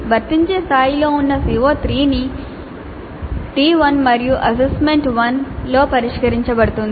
వర్తించే స్థాయిలో ఉన్న CO3 ను T1 మరియు అసైన్మెంట్ 1 లో పరిష్కరించబడుతుంది